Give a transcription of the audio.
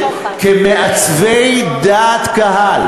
כמעצבי דעת קהל,